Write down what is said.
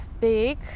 big